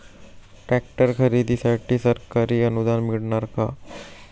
Tractor खरेदीसाठी सरकारी अनुदान मिळणार का?